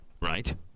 Right